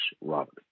Robert